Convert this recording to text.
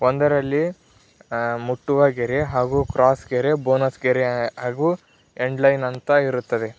ಒಂದರಲ್ಲಿ ಮುಟ್ಟುವ ಗೆರೆ ಹಾಗೂ ಕ್ರಾಸ್ ಗೆರೆ ಬೋನಸ್ ಗೆರೆ ಹಾಗೂ ಎಂಡ್ ಲೈನ್ ಅಂತ ಇರುತ್ತದೆ